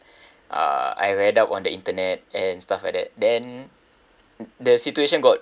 uh I read up on the internet and stuff like that then the situation got